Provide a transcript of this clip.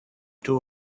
two